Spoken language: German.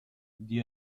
die